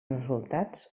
resultats